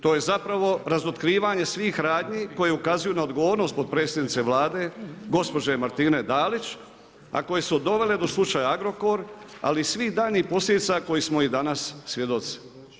To je zapravo razotkrivanje svih radnji koje ukazuju na odgovornost potpredsjednice Vlade gospođe Martine Dalić, a koje su dovele do slučaja Agrokor, ali i svih daljnjih posljedica koje smo i danas svjedoci.